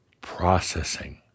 processing